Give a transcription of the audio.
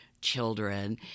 children